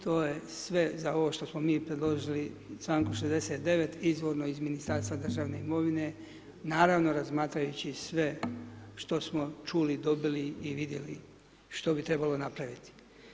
To je sve za ovo što smo mi predložili čl.69. izvorno iz Ministarstva državne imovine, naravno, razmatrajući sve što smo čuli, dobili i vidjeli što bi trebalo napraviti.